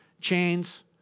chains